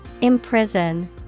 Imprison